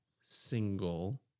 single